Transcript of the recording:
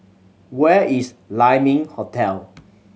where is Lai Ming Hotel